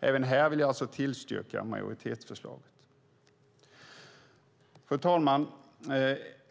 Även här vill jag alltså tillstyrka majoritetsförslaget. Fru talman!